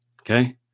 okay